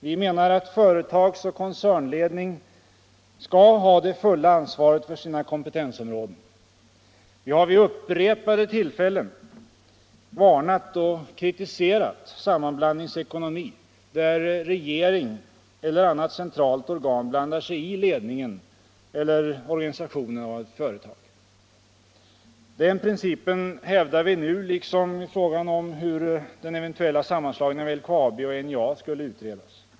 Vi menar att företagsoch koncernledning skall ha det fulla ansvaret för sina kompetensområden. Vi har vid upprepade tillfällen varnat för och kritiserat en sammanblandningsekonomi där regeringen eller annat centralt organ blandar sig i ledningen eller organisationen av ett företag. Den principen hävdar vi nu liksom i frågan om hur den eventuella sammanslagningen av LKAB och NJA skulle utredas.